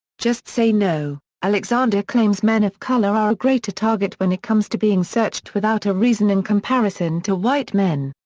just say no alexander claims men of color are a greater target when it comes to being searched without a reason in comparison to white men.